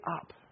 up